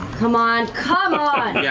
come on, come ah yeah